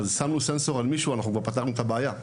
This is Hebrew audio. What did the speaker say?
ואם שמנו על מישהו סנסור אז פתרנו את הבעיה.